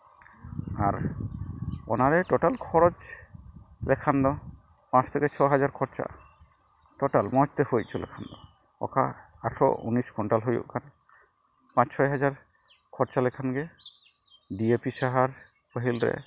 ᱟᱨ ᱚᱱᱟ ᱨᱮ ᱴᱳᱴᱟᱞ ᱠᱷᱚᱨᱚᱪ ᱞᱮᱠᱷᱟᱱ ᱫᱚ ᱯᱟᱸᱪ ᱛᱷᱮᱠᱮ ᱪᱷᱚ ᱦᱟᱡᱟᱨ ᱠᱷᱚᱨᱪᱟᱜᱼᱟ ᱴᱳᱴᱟᱞ ᱢᱚᱡᱛᱮ ᱦᱩᱭ ᱦᱚᱪᱚ ᱞᱮᱠᱷᱟᱱ ᱫᱚ ᱚᱠᱟ ᱟᱴᱷᱨᱚ ᱩᱱᱤᱥ ᱠᱩᱭᱱᱴᱟᱞ ᱦᱩᱭᱩᱜ ᱠᱟᱱ ᱯᱟᱸᱪ ᱪᱷᱚᱭ ᱦᱟᱡᱟᱨ ᱠᱷᱚᱨᱪᱟ ᱞᱮᱠᱷᱟᱱ ᱜᱮ ᱰᱤᱭᱮᱯᱤ ᱥᱟᱦᱟᱨ ᱯᱟᱹᱦᱤᱞ ᱨᱮ